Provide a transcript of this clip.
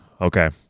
Okay